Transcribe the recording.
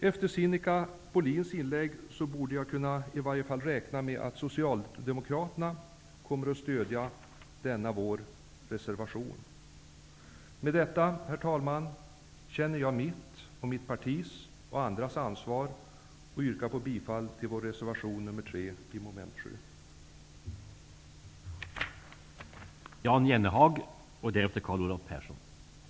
Efter Sinikka Bohlins inlägg borde jag i varje fall kunna räkna med att Socialdemokraterna kommer att stödja denna vår reservation. Med detta, herr talman, känner jag mitt, mitt partis och allas vårt ansvar och yrkar bifall till vår reservation nr 3 avseende mom.7.